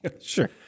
Sure